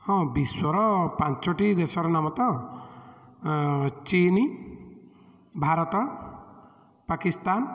ହଁ ବିଶ୍ୱର ପାଞ୍ଚଟି ଦେଶର ନାମ ତ ଚିନ୍ ଭାରତ ପାକିସ୍ତାନ